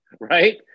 right